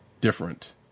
different